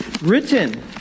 written